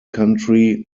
country